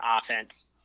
offense